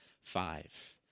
five